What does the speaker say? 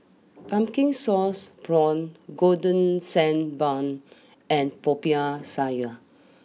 Pumpkin Sauce Prawns Golden Sand Bun and Popiah Sayur